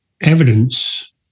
evidence